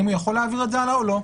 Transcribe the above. האם הוא יכול להעביר את זה הלאה או לא?